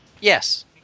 Yes